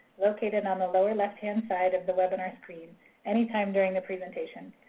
located on the lower left-hand side of the webinar screen anytime during the presentation.